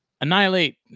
annihilate